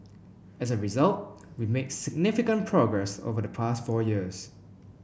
as a result we made significant progress over the past four years